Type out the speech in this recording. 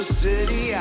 city